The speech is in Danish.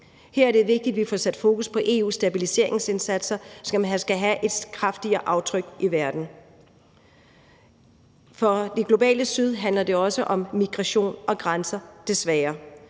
Her er det vigtigt, at vi får sat fokus på EU's stabiliseringsindsatser, som skal sætte et kraftigere aftryk i verden. For i forhold til det globale syd handler det også om migration og grænser – desværre.